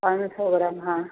पाँच सौ ग्राम हाँ